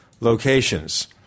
locations